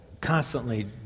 constantly